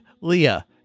Leah